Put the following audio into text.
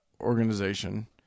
organization